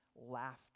laughter